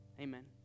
Amen